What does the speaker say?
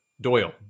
Doyle